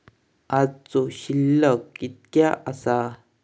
आजचो शिल्लक कीतक्या आसा?